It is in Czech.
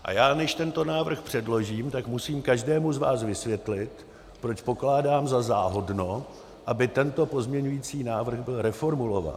A já, než tento návrh předložím, tak musím každému z vás vysvětlit, proč pokládám za záhodno, aby tento pozměňovací návrh byl reformulován.